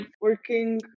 working